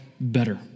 better